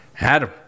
adam